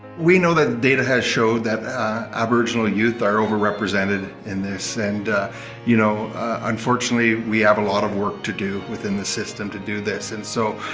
we know that the data has showed that aboriginal youth are over-represented in this. and you know unfortunately we have a lot of work to do in the system to do this. and so,